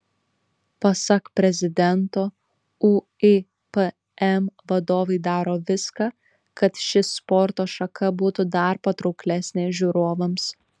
pasak prezidento uipm vadovai daro viską kad ši sporto šaka būtų dar patrauklesnė žiūrovams